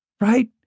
Right